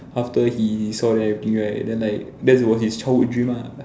after he saw them everything right then like that was his childhood dream lah